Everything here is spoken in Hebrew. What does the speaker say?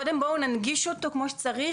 קודם כל בוא ננגיש אותו כמו שצריך.